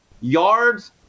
yards